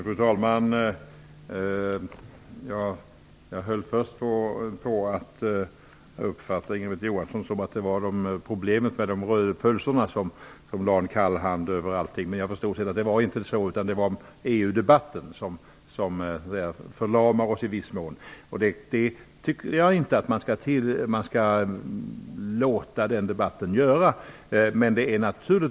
Fru talman! Jag fick först för mig att det var problemet med ''de röde pölserna'' som lade en kall hand över allting. Men jag förstod sedan att Inga Britt Johansson inte menade det utan att det var EU-debatten som i viss mån förlamar oss. Det tycker jag inte att vi skall låta EU-debatten göra.